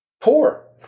poor